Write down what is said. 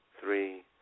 three